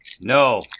No